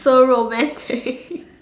so romantic